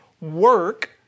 work